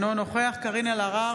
אינו נוכח קארין אלהרר,